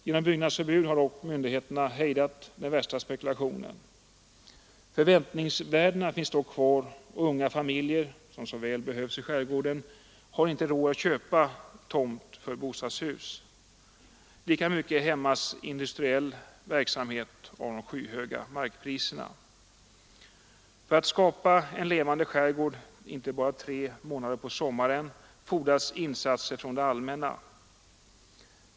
Genom byggnadsförbud har myndigheterna hejdat den värsta spekulationen. Förväntningsvärdena finns dock kvar, och unga familjer, som så väl behövs i skärgården, har inte råd att köpa tomt för bostadshus. Lika mycket hämmas industriell verksamhet av de skyhöga markpriserna. För att skapa en levande skärgård, inte bara tre månader på sommaren, fordras insatser från det allmänna.